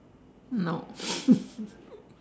no